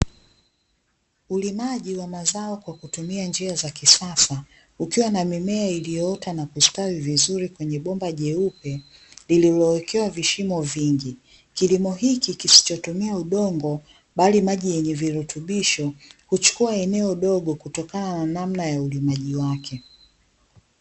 Ulimaji wa mazao kwa kutumia njia za kisasa ,ukiwa na mimea iliyoota nakustawi vizuri kwenye bomba jeupe lililowekewa vishimo vingi, kilimohichi kisichotumia udongo bali maji yenye virutubisho huchukua eneo dogo kutokana na namna ya ulimaji wake.